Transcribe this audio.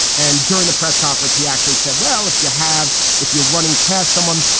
and during the press conference, he actually said, well, if you have if you're running past someone,